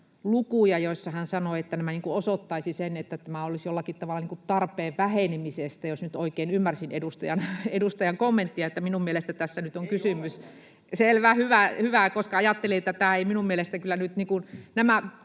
lukuja, joista hän sanoi, että nämä osoittaisivat sen, että tämä johtuisi jollakin tavalla tarpeen vähenemisestä, jos nyt oikein ymmärsin edustajan kommenttia. [Aki Lindén: Ei ollenkaan!] — Selvä, hyvä. — Ajattelin, että nämä menneen vuoden